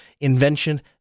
Invention